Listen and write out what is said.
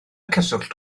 cyswllt